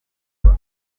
vuba